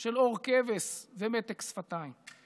של עור כבש ומתק שפתיים.